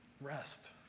rest